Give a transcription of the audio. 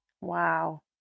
Wow